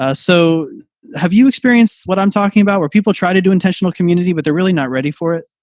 ah so have you experienced what i'm talking about where people try to do intentional community, but they're really not ready for it